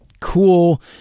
Cool